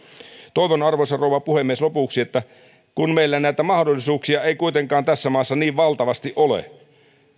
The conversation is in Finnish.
toivon arvoisa rouva puhemies lopuksi meillä näitä mahdollisuuksia ei kuitenkaan tässä maassa niin valtavasti ole